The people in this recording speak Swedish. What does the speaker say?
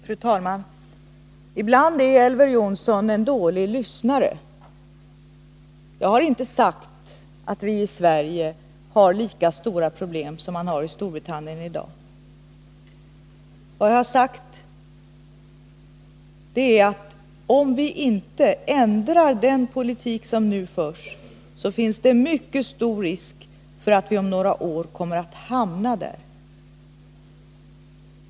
Fru talman! Ibland är Elver Jonsson en dålig lyssnare. Jag har inte sagt att vii Sverige harlika stora problem som man hari Storbritannien i dag. Vad jag har sagt är att om vi inte ändrar den politik som nu förs, så finns det mycket stor risk för att vi om några år kommer att hamna där.